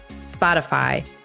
Spotify